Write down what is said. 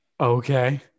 okay